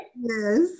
yes